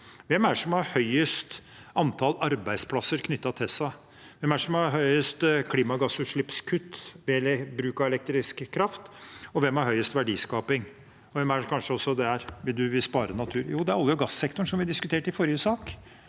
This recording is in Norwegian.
Hvem er det som har høyest antall arbeidsplasser knyttet til seg? Hvem er det som har høyest klimagassutslippskutt ved bruk av elektrisk kraft? Hvem er det som har høyest verdiskaping? Det er kanskje også der man vil spare natur. Jo, det er olje- og gassektoren, som vi diskuterte i forrige sak.